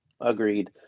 Agreed